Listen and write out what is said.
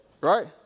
right